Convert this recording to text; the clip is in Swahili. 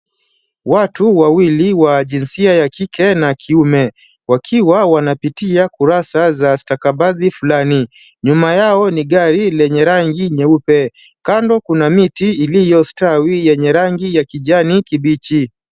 Watu wawili wa jinsia ya kike na kiume wakiwa wanapitia kurasa za stakabadhi fulani. Nyuma yao ni gari lenye rangi nyeupe. Kando kuna miti iliyostawi yenye rangi ya kijani kibichi.